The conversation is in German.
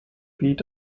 beat